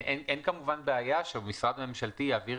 אין כמובן בעיה שמשרד ממשלתי ירכז,